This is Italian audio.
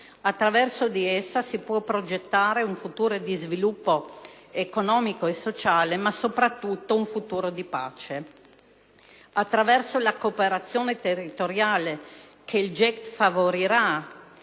attraverso di essa si può progettare un futuro di sviluppo economico e sociale, ma soprattutto di pace. Attraverso la cooperazione territoriale che il GECT favorirà,